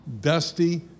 dusty